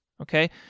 okay